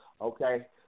okay